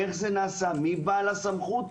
איך זה נעשה מי בעל הסמכות,